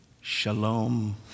Shalom